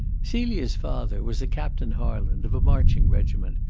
celia's father was a captain harland, of a marching regiment,